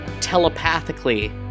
Telepathically